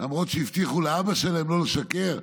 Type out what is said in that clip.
למרות שהבטיחו לאבא שלהם לא לשקר?